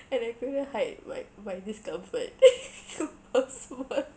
and I couldn't hide my my discomfort he was small